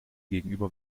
gegenüber